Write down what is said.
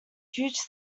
huge